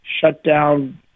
shutdown